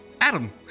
Adam